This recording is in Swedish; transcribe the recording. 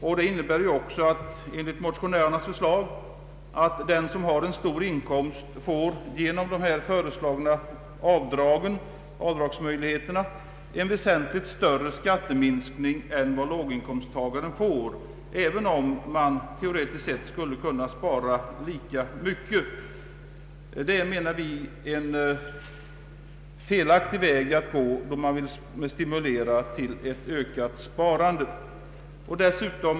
Därför innebär också motionärernas förslag att den som har en stor inkomst får — genom de här föreslagna avdragsmöjligheterna — en väsentligt större skatteminskning än vad låginkomsttagaren får, även om de teoretiskt sett skulle kunna spara lika mycket. Det är, menar vi, en felaktig väg att gå då man vill stimulera till ökat sparande.